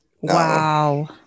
Wow